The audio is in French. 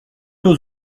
aux